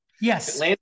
Yes